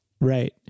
Right